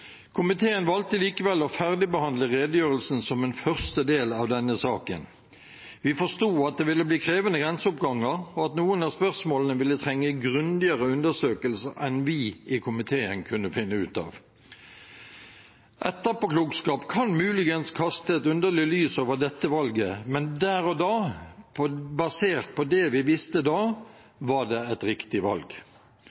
Komiteen valgte likevel å ferdigbehandle redegjørelsen som en første del av denne saken. Vi forsto at det ville bli krevende grenseoppganger, og at noen av spørsmålene ville trenge grundigere undersøkelser enn vi i komiteen kunne finne ut av. Etterpåklokskap kan muligens kaste et underlig lys over dette valget, men der og da – basert på det vi visste da